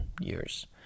years